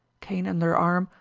cane under arm,